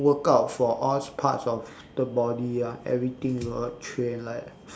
workout for all parts of the body ah everything we will train like